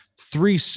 three